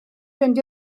fynd